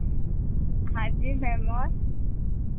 हाँ जी मैम और